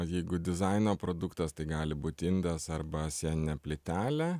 jeigu dizaino produktas tai gali būti indas arba sieninė plytelė